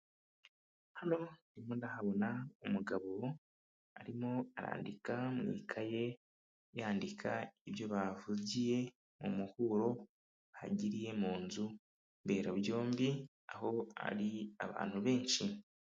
Hano ndimo ndahabona umugabo arimo arandika mu ikaye yandika ibyo bavugiye mu muhuro hagiriye mu nzu mberabyombi, aho hari abantu benshi.